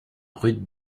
rude